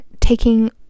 taking